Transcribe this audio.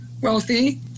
wealthy